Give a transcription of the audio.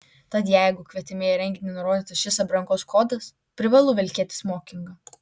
tad jeigu kvietime į renginį nurodytas šis aprangos kodas privalu vilkėti smokingą